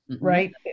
right